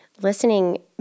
listening